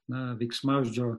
na veiksmažodžio